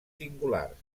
singulars